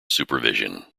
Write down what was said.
supervision